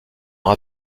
leur